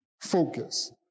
focus